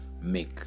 make